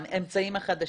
האמצעים החדשים,